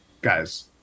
guys